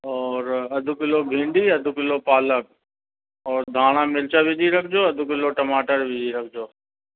और अधु किलो भींडी अध किलो पालक और धाणा मिर्च विझी रखिजो अधु किलो टमाटर विझी रखिजो